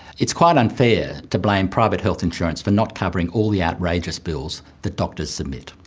it's quite unfair to blame private health insurance for not covering all the outrageous bills that doctors submit.